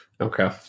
Okay